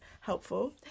helpful